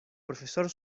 profesor